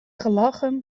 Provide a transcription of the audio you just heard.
gelachen